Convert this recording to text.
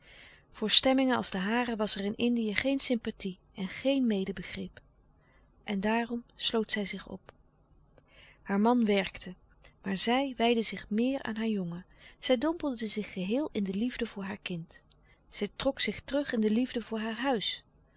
voor stemmingen als de hare was er in indië geen sympathie en geen medebegrip en daarom sloot zij zich op haar man werkte maar zij wijdde zich meer aan haar jongen zij dompelde zich geheel in de liefde voor haar kind zij trok zich terug in de liefde voor haar huis